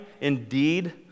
indeed